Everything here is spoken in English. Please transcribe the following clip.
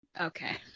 Okay